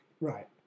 Right